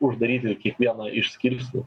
uždaryti kiekvieną iš skirsnių